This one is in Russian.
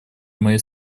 моей